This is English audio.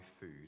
food